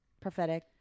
prophetic